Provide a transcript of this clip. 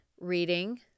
reading